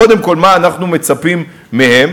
קודם כול מה אנחנו מצפים מהם,